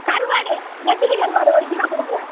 கருவாடு நெத்திலிக் கருவாடு ஒரு கிலோ கொடுங்க